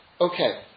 Okay